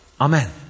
Amen